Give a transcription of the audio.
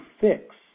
fix